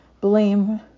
blame